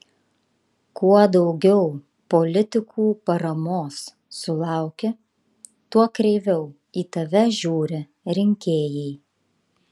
kuo daugiau politikų paramos sulauki tuo kreiviau į tave žiūri rinkėjai